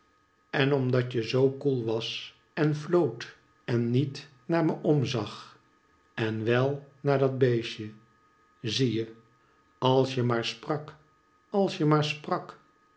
en omdat je zoo koel was en fioot en niet naar me omzag en wel naar dat beestje zie je als je maar sprak alsje maar sprak